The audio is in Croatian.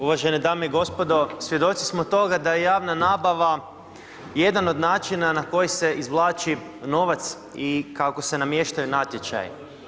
Uvažene dame i gospodo, svjedoci smo toga, da je javna nabava, jedna od načina na koji se izvlači novac i kako se namještaju natječaji.